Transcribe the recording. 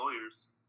lawyers